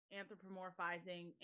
anthropomorphizing